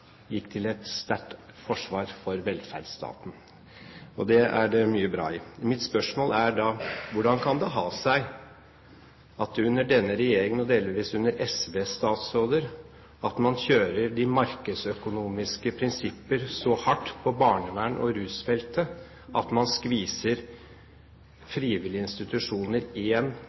gikk til et sterkt forsvar for velferdsstaten. Det er det mye bra i. Mitt spørsmål er da: Hvordan kan det ha seg at man under denne regjeringen, og delvis under SV-statsråder, kjører de markedsøkonomiske prinsipper så hardt på barneverns- og rusfeltet at man skviser frivillige institusjoner